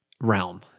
realm